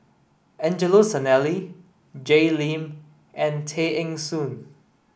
Angelo Sanelli Jay Lim and Tay Eng Soon